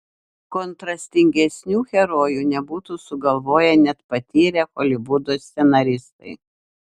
kontrastingesnių herojų nebūtų sugalvoję net patyrę holivudo scenaristai